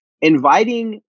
Inviting